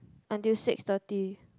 until six thirty